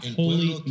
holy